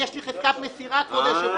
יש לי היום חזקת מסירה, כבוד היושב-ראש.